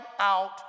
out